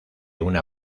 una